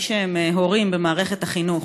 מי שהם הורים לילדים במערכת החינוך.